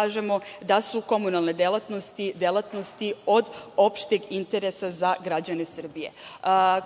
kažemo da su komunalne delatnosti delatnosti od opšteg interesa za građane Srbije.